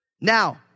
Now